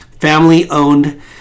Family-owned